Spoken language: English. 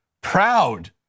proud